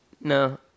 No